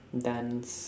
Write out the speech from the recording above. dance